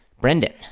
Brendan